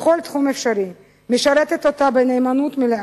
בכל תחום אפשרי, המשרתת אותה בנאמנות מלאה.